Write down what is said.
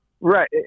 Right